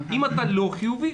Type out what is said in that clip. אם אתה לא חיובי,